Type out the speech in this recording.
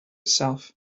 itself